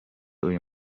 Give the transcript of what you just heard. uyu